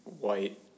white